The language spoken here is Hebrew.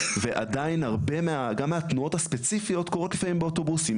ועדיין הרבה גם התנועות הספציפיות קורות לפעמים באוטובוסים,